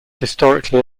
historically